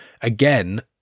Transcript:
again